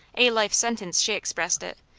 a life sentence, she expressed it,